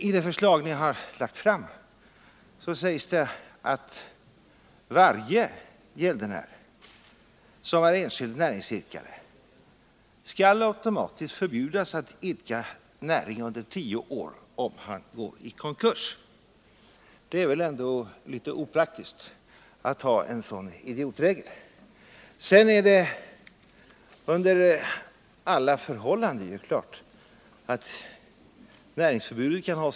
I kommunisternas framlagda förslag står det att varje gäldenär som är enskild näringsidkare automatiskt skall förbjudas att idka näring under tio år, om han går i konkurs. Det är väl ändå litet opraktiskt att ha en sådan idiotregel. Sedan är det under alla förhållanden klart att näringsförbudet skall finnas.